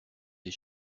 des